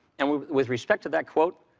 and with with respect to that quote,